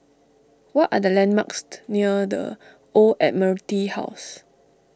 what are the landmarks near the Old Admiralty House